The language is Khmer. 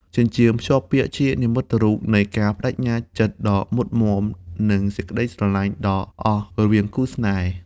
ចិញ្ចៀនភ្ជាប់ពាក្យជានិមិត្តរូបនៃការប្ដេជ្ញាចិត្តដ៏មុតមាំ និងសេចក្ដីស្រឡាញ់ដ៏អស់កល្បរវាងគូស្នេហ៍។